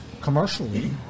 commercially